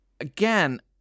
Again